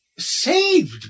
Saved